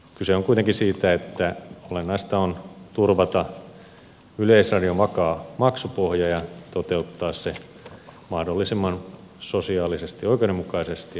kyse on kuitenkin siitä että olennaista on turvata yleisradion vakaa maksupohja ja toteuttaa se sosiaalisesti opin mukaisesti